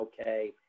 okay